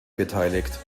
beteiligt